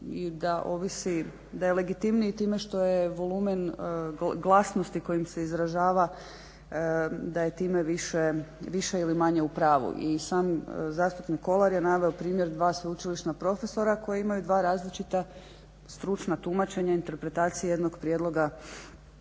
da je legitimniji time što je volumen glasnosti kojim se izražava da je time više ili manje u pravu. I sam zastupnik Kolar je naveo primjer dva sveučilišna profesora koji imaju dva različita stručna tumačenja interpretacije jednog prijedloga